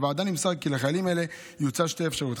לוועדה נמסר כי לחיילים האלה יוצעו שתי אפשרויות: